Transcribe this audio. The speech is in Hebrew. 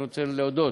אני רוצה להודות